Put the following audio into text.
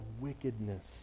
wickedness